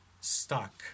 stuck